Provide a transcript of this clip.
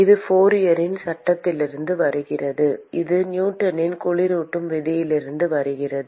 இது ஃபோரியரின் சட்டத்திலிருந்து வருகிறது இது நியூட்டனின் குளிரூட்டும் விதியிலிருந்து வருகிறது